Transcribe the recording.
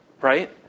Right